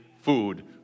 food